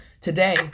Today